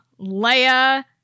Leia